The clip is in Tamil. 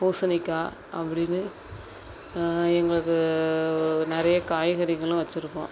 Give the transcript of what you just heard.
பூசணிக்காய் அப்படின்னு எங்களுக்கு ஒரு நிறைய காய்கறிகளும் வச்சுருக்கோம்